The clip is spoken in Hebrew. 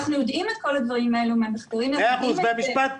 אנחנו יודעים את כל הדברים האלה מהמחקרים --- מאה אחוז.